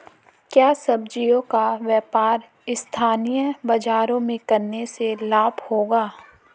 क्या सब्ज़ियों का व्यापार स्थानीय बाज़ारों में करने से लाभ होगा?